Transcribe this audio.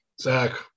Zach